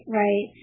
right